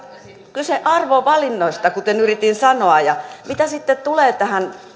kyse arvovalinnoista kuten yritin sanoa mitä sitten tulee